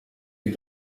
you